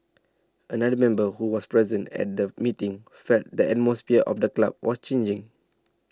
another member who was present at the meeting felt the atmosphere of the club was changing